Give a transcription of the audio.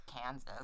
Kansas